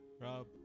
Rob